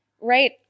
right